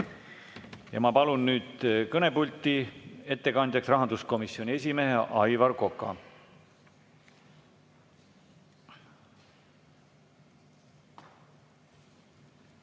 Ma palun nüüd kõnepulti ettekandjaks rahanduskomisjoni esimehe Aivar Koka.